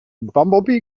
bumblebee